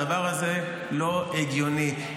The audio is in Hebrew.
הדבר הזה לא הגיוני.